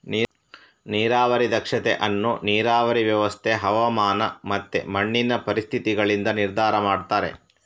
ನೀರಾವರಿ ದಕ್ಷತೆ ಅನ್ನು ನೀರಾವರಿ ವ್ಯವಸ್ಥೆ, ಹವಾಮಾನ ಮತ್ತೆ ಮಣ್ಣಿನ ಪರಿಸ್ಥಿತಿಗಳಿಂದ ನಿರ್ಧಾರ ಮಾಡ್ತಾರೆ